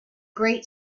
great